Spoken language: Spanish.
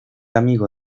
amigo